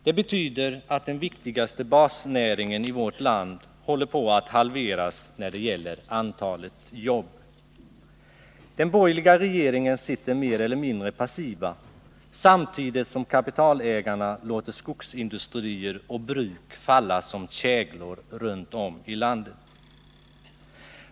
Detta betyder att den viktigaste basnäringen i vårt land håller på att halveras när det gäller antalet jobb. Den borgerliga regeringen sitter mer eller mindre passiv, samtidigt som kapitalägarna låter skogsindustrier och bruk falla som käglor runt om i landet.